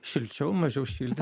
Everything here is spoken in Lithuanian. šilčiau mažiau šildyt